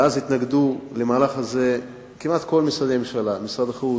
ואז התנגדו למהלך הזה כמעט כל משרדי הממשלה: משרד החוץ,